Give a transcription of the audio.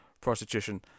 prostitution